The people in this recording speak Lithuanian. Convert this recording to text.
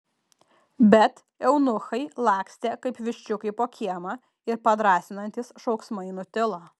bet eunuchai lakstė kaip viščiukai po kiemą ir padrąsinantys šauksmai nutilo